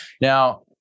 Now